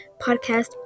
podcast